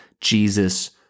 Jesus